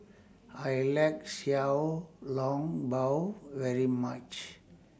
I like Xiao Long Bao very much